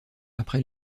après